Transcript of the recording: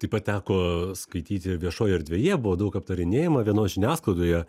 taip pat teko skaityti viešoj erdvėje buvo daug aptarinėjama vienos žiniasklaidoje